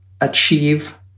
achieve